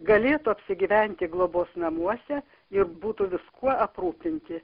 galėtų apsigyventi globos namuose ir būtų viskuo aprūpinti